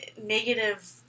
negative